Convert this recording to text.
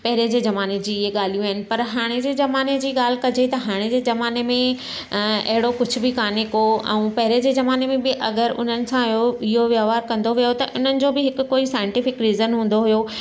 पहिरें जे ज़माने जी इहे ॻाल्हियूं आहिनि पर हाणे जे ज़माने जी ॻाल्हि करिजे त हाणे जे ज़माने में अहिड़ो कुझु बि कान्हे को ऐं पहिरें जे जमाने में बि अगरि उन्हनि सां इहो इहो वहिंवार कंदो वियो त उन्हनि जो बि कोई हिकु साइंटिफिक रीज़न हूंदो हुओ